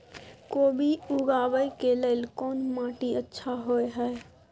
कोबी उगाबै के लेल कोन माटी अच्छा होय है?